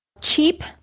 cheap